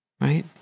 right